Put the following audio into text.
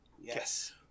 Yes